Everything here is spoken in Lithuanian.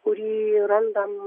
kurį randam